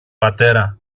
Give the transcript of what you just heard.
πατέρα